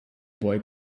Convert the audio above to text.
boy